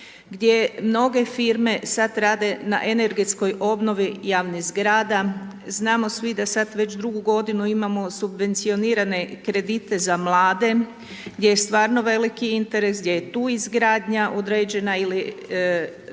gdje mnoge firme sada rade na energetskoj obnovi javnih zgrada. Znamo svi da sada već drugu godinu imamo subvencionirane kredite za mlade, gdje je stvarno veliki interes, gdje je tu izgradnja određena ili